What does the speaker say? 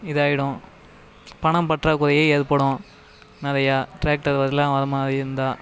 இதாகிடும் பணம் பற்றாக்குறையும் ஏற்படும் நிறைய டிராக்டர் இதெல்லாம் வர மாதிரி இருந்தால்